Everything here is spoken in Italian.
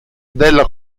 della